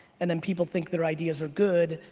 and then people think their ideas are good.